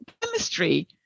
chemistry